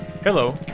Hello